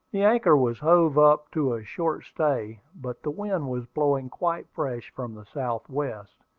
the anchor was hove up to a short stay but the wind was blowing quite fresh from the south-west,